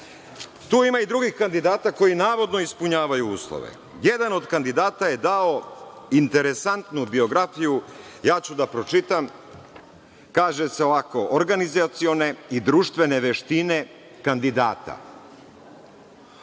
Tu ima i drugih kandidata koji navodno ispunjavaju uslove. Jedan od kandidata je dao interesantnu biografiju, ja ću da pročitam, kaže – organizacione i društvene veštine kandidata.